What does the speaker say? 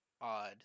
odd